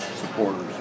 supporters